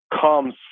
comes